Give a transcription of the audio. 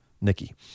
Nikki